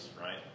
right